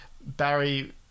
Barry